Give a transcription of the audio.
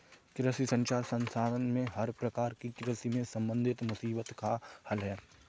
कृषि संचार संस्थान में हर प्रकार की कृषि से संबंधित मुसीबत का हल है